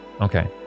Okay